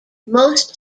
most